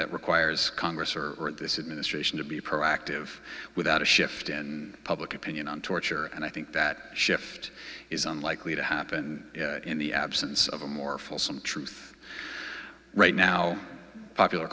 that requires congress or this it ministration to be proactive without a shift in public opinion on torture and i think that shift is unlikely to happen in the absence of a more fulsome truth right now popular